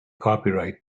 copyright